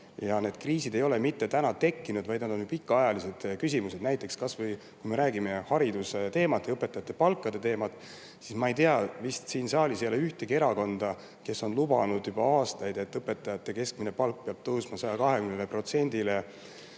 ja need kriisid ei ole mitte täna tekkinud, vaid need on pikaajalised küsimused. Näiteks, kui me räägime haridusest ja õpetajate palkadest, siis siin saalis ei ole vist ühtegi erakonda, kes poleks lubanud juba aastaid, et õpetajate keskmine palk peab tõusma 120%‑ni